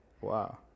Wow